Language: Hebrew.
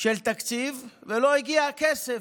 של תקציב ולא הגיע הכסף,